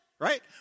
right